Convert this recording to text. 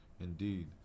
indeed